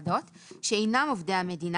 שאינם עובדי המדינה,